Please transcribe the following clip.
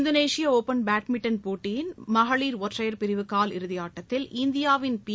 இந்தோனேஷியஒப்பன் badminton போட்டியின் மகளிர் ஒற்றையர் பிரிவு காலிறுதிஆட்டத்தில் இந்தியாவின் பி